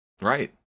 Right